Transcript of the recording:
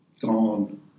gone